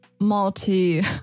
multi